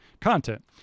content